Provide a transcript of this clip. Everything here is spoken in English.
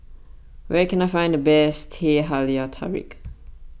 where can I find the best Teh Halia Tarik